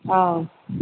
ஆ